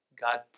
God